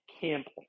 Campbell